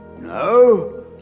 no